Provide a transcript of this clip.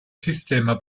sistema